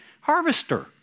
harvester